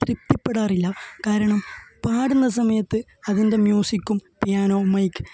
തൃപ്തിപ്പെടാറില്ല കാരണം പാടുന്ന സമയത്ത് അതിന്റെ മ്യൂസിക്കും പിയാനോ മൈക്ക്